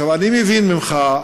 עכשיו אני מבין ממך,